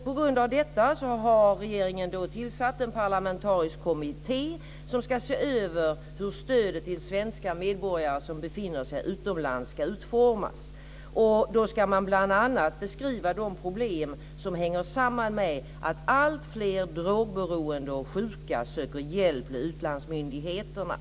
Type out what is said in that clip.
På grund av detta har regeringen tillsatt en parlamentarisk kommitté som ska se över hur stödet till svenska medborgare som befinner sig utomlands ska utformas. Då ska man bl.a. beskriva de problem som hänger samman med att alltfler drogberoende och sjuka söker hjälp hos utlandsmyndigheterna.